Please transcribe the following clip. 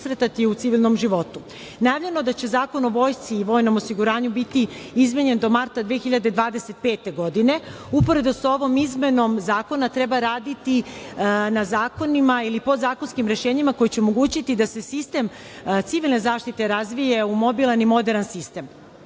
je da će Zakon o vojsci i vojnom osiguranju biti izmenjen do marta 2025. godine. Uporedo sa ovom izmenom zakona treba raditi na zakonima ili podzakonskim rešenjima koji će omogućiti da se sistem civilne zaštite razvije u mobilan i moderan sistem.